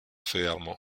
fermo